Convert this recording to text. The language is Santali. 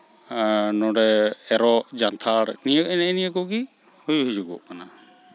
ᱱᱚᱸᱰᱮ ᱮᱨᱚᱜ ᱡᱟᱱᱛᱷᱟᱲ ᱱᱤᱭᱟᱹ ᱱᱮᱜᱼᱮ ᱱᱤᱭᱟᱹ ᱠᱚᱜᱮ ᱦᱩᱭ ᱦᱤᱡᱩᱜᱚᱜ ᱠᱟᱱᱟ